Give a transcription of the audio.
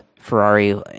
Ferrari